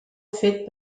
fet